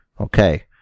Okay